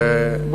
ומתוקשר.